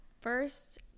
first